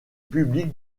public